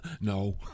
No